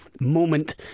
moment